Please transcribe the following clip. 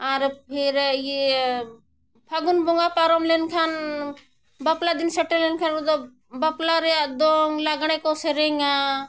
ᱟᱨ ᱯᱷᱤᱨ ᱤᱭᱟᱹ ᱯᱷᱟᱹᱜᱩᱱ ᱵᱚᱸᱜᱟ ᱯᱟᱨᱚᱢ ᱞᱮᱱᱠᱷᱟᱱ ᱵᱟᱯᱞᱟ ᱫᱤᱱ ᱥᱮᱴᱮᱨ ᱞᱮᱱᱠᱷᱟᱱ ᱵᱟᱯᱞᱟ ᱨᱮᱭᱟᱜ ᱫᱚᱝ ᱞᱟᱜᱽᱬᱮ ᱠᱚ ᱥᱮᱨᱮᱧᱟ